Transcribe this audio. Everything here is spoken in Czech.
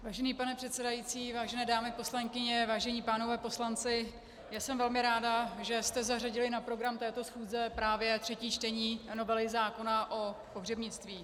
Vážený pane předsedající, vážené dámy poslankyně, vážení pánové poslanci, já jsem velmi ráda, že jste zařadili na program této schůze právě třetí čtení novely zákona o pohřebnictví.